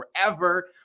forever